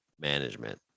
management